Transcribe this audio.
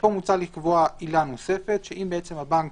ופה מוצע לקבוע עילה נוספת, שאם הבנק